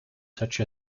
such